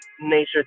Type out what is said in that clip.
nature